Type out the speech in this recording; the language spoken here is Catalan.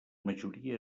majoria